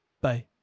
Bye